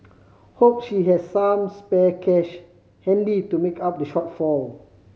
hope she has some spare cash handy to make up the shortfall